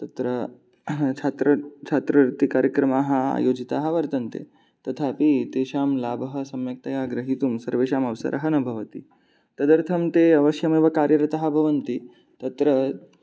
तत्र छात्रः छात्रवृत्तिकार्यक्रमाः आयोजिताः वर्तन्ते तथापि तेषां लाभः सम्यक्तया ग्रहीतुं सर्वेषाम् अवसरः न भवति तदर्थं ते अवश्यमेव कार्यरताः भवन्ति तत्र